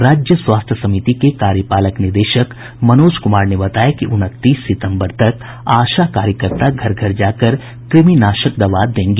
राज्य स्वास्थ्य समिति के कार्यपालक निदेशक मनोज कुमार ने बताया कि उनतीस सितम्बर तक आशा कार्यकर्ता घर घर जा कर क्रमिनाशक दवा देंगी